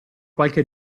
qualche